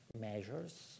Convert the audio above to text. measures